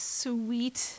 sweet